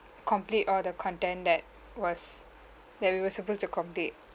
complete all the content that was that we were supposed to complete